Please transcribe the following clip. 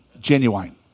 genuine